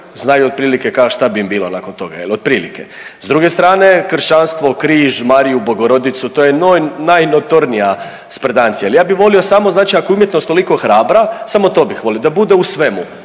znaju otprilike kao šta bi im bilo nakon toga, otprilike. S druge strane kršćanstvo, križ, Mariju Bogorodicu to je najnotornija sprdancija, ali ja bi volio samo znači ako je umjetnost toliko hrabra, samo to bih volio da bude u svemu,